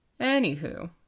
anywho